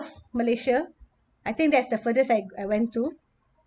malaysia I think that's the furthest I I went to